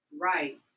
Right